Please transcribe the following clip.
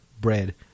bread